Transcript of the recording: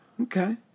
okay